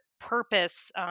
purpose